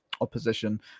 opposition